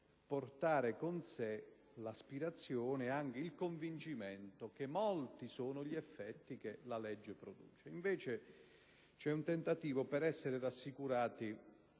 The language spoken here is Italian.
portare con sé l'aspirazione e anche il convincimento che molti sono gli effetti che la legge produce. Invece c'è un tentativo per essere rassicurati